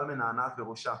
מיטל מנענעת בראשה,